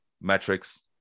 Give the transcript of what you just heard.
metrics